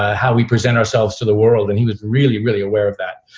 how we present ourselves to the world. and he was really, really aware of that.